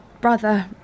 brother